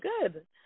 good